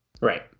Right